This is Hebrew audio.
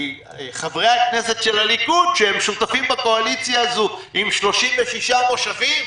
כי חברי הכנסת של הליכוד שהם שותפים בקואליציה הזאת עם 36 מושבים,